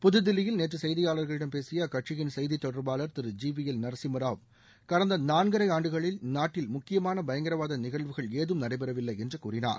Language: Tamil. புதுதில்லியில் நேற்று செய்தியாளர்களிடம் பேசிய அக்கட்சியின் செய்தித்தொடர்பாளர் Thiru G V L Narasimha Rao கடந்த நான்கரை ஆண்டுகளில் நாட்டில் முக்கியமான பயங்கரவாத நிகழ்வுகள் ஏதும் நடைபெறவில்லை என்று கூறினார்